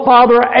Father